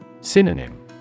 Synonym